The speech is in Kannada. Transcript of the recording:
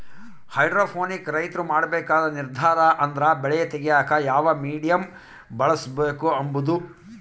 ಹೈಡ್ರೋಪೋನಿಕ್ ರೈತ್ರು ಮಾಡ್ಬೇಕಾದ ನಿರ್ದಾರ ಅಂದ್ರ ಬೆಳೆ ತೆಗ್ಯೇಕ ಯಾವ ಮೀಡಿಯಮ್ ಬಳುಸ್ಬಕು ಅಂಬದು